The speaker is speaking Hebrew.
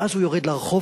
ואז הוא יורד לרחוב,